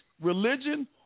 religion